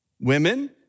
women